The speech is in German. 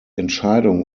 entscheidung